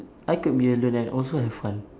I could be alone and also have fun